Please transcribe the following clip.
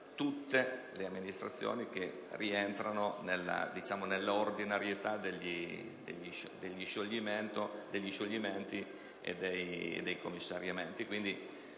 tutte le amministrazioni che rientrano nell'ordinarietà degli scioglimenti e dei commissariamenti